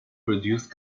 reduced